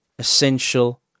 Essential